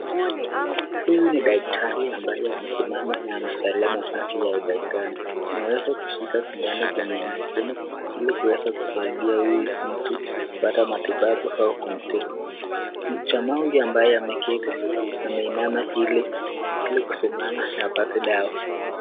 Huyu ni daktari ambaye amesimama na mtalamu ya udaktari ameweza kushika simu yake kwenye mkono, Ili kuweza kusaidia mtu huyu kupata matibabu au kumtibu, ambaye ameketi ameinama Ili kusimama na apate dawa.